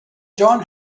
john